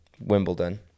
Wimbledon